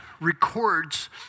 records